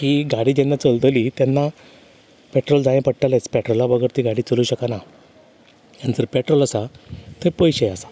की गाडी जेन्ना चलतली तेन्ना पेट्रोल जाये पडटलेंच पेट्रोला बगर ती गाडी चलूं शकना आनी जर पेट्रोल आसा थंय पयशे आसा